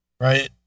Right